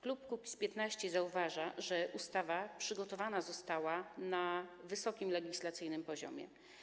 Klub Kukiz’15 zauważa, że ustawa przygotowana została na wysokim legislacyjnym poziomie.